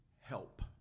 help